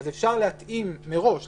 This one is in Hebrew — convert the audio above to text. אפשר לומר מראש: